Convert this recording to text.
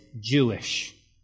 Jewish